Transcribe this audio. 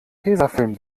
tesafilm